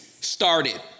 Started